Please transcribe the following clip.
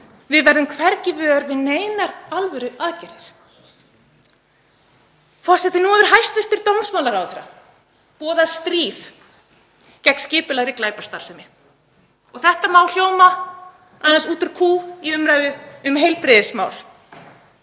Við verðum hvergi vör við neinar alvöruaðgerðir. Forseti. Nú hefur hæstv. dómsmálaráðherra boðað stríð gegn skipulagðri glæpastarfsemi. Má vera að þetta hljómi aðeins út úr kú í umræðu um heilbrigðismál